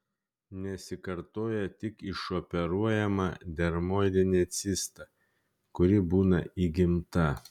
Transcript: nesikartoja tik išoperuojama dermoidinė cista kuri būna įgimta